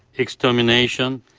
extermination,